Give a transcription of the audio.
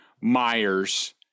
Myers